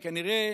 כנראה